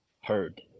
heard